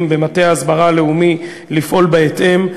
במטה ההסברה הלאומי לפעול בהתאם.